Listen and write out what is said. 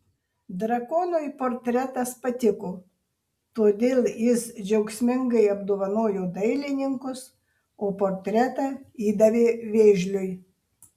drakonui portretas patiko todėl jis džiaugsmingai apdovanojo dailininkus o portretą įdavė vėžliui